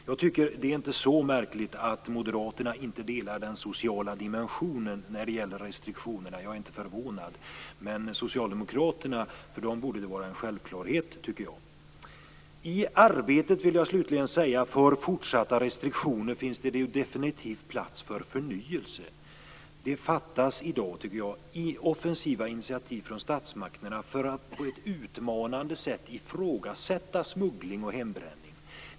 Jag tycker inte att det är så märkligt att moderaterna inte delar uppfattningen om den sociala dimensionen när det gäller restriktionerna. Jag är inte förvånad. Men för socialdemokraterna borde det vara en självklarhet. Slutligen vill jag säga att det i arbetet för fortsatta restriktioner definitivt finns plats för förnyelse. Det fattas i dag offensiva initiativ från statsmakterna för att på ett utmanande sätt ifrågasätta smuggling och hembränning.